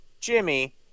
Jimmy